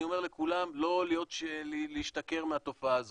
אני אומר לכולם לא להשתכר מהתופעה הזו.